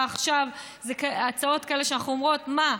עכשיו אלה הצעות כאלה שאנחנו אומרות: מה,